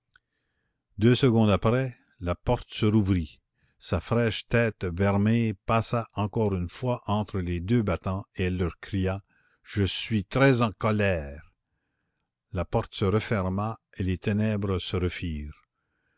deux secondes après la porte se rouvrit sa fraîche tête vermeille passa encore une fois entre les deux battants et elle leur cria je suis très en colère la porte se referma et les ténèbres se refirent